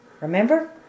Remember